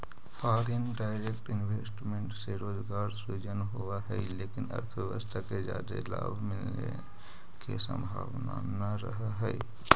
foreign direct investment से रोजगार सृजन होवऽ हई लेकिन अर्थव्यवस्था के जादे लाभ मिलने के संभावना नह रहऽ हई